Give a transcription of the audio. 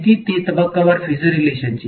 તેથી તે તબક્કાવાર ફેઝર રીલેશન છે